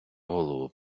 голову